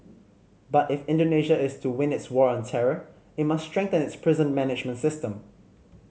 but if Indonesia is to win its war on terror it must strengthen its prison management system